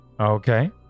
Okay